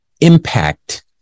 impact